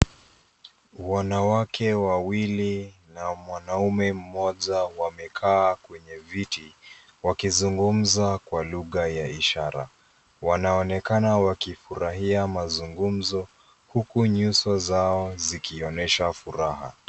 Wanawake wawili na mwanamume mmoja wamekaa kwenye viti, wakizungumza kwa lugha ya ishara. Wanaonekana wakifurahia mazungumzo, huku nyuso zao zikionyesha furaha.